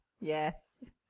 Yes